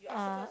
uh